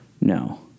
no